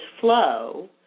flow